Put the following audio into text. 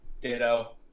Ditto